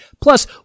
Plus